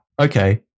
Okay